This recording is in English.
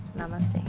namaste.